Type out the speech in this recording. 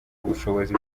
ubushobozi